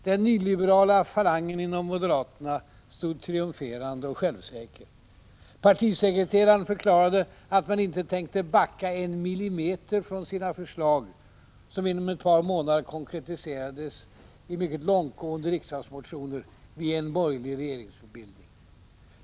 Den nyliberala falangen inom moderaterna stod triumferande och självsäker. Partisekreteraren förklarade att man inte tänkte backa ”en millimeter” från sina förslag — som inom ett par månader konkretiserades i en rad mycket långtgående riksdagsmotioner — vid en borgerlig regeringsbildning.